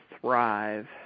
thrive